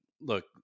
look